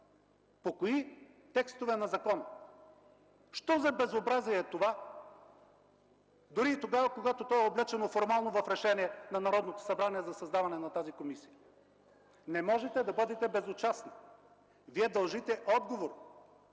По кои текстове на закона?! Що за безобразие е това, дори и тогава, когато е облечено формално в решение на Народното събрание за създаване на тази комисия?! Не можете да бъдете безучастни, Вие дължите отговор